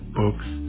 books